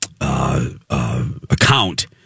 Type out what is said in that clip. account